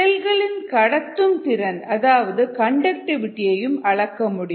செல்களின் கடத்தும் திறன் அதாவது கண்டக்டிவிடி அளக்க முடியும்